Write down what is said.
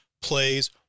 plays